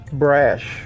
brash